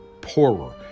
poorer